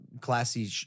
Classy